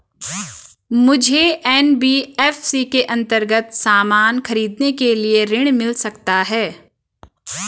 मुझे एन.बी.एफ.सी के अन्तर्गत सामान खरीदने के लिए ऋण मिल सकता है?